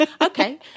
Okay